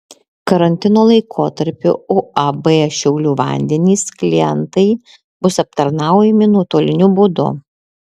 karantino laikotarpiu uab šiaulių vandenys klientai bus aptarnaujami nuotoliniu būdu